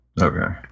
Okay